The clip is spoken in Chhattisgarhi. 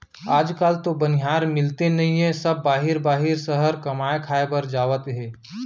आज काल तो बनिहार मिलते नइए सब बाहिर बाहिर सहर कमाए खाए बर जावत हें